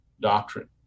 doctrine